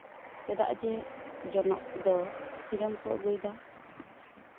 ᱪᱮᱫᱟᱜ ᱡᱮ ᱥᱤᱨᱚᱢ ᱠᱚ ᱟᱹᱜᱩᱭ ᱫᱟ